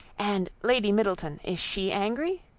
and lady middleton, is she angry?